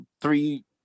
three